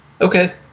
Okay